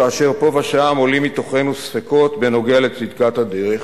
כאשר פה ושם עולים מתוכנו ספקות בנוגע לצדקת הדרך